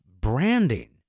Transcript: branding